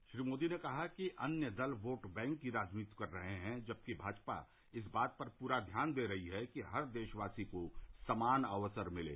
श्री मोदी ने कहा कि अन्य दल वोट बैंक की राजनीति कर रहे हैं जबकि भाजपा इस बात पर पूरा ध्यान दे रही है कि हर देशवासी को समान अवसर मिलें